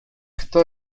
kto